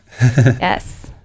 Yes